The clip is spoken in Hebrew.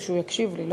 שהוא יקשיב לי,